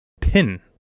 pin